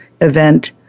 event